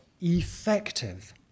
effective